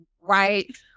right